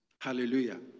Hallelujah